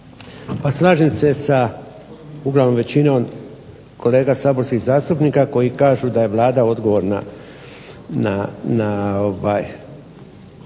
Pa slažem se sa uglavnom većinom kolega saborskih zastupnika koji kažu da je Vlada odgovorna na ono